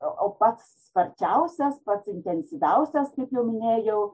o o pats sparčiausias pats intensyviausias kaip minėjau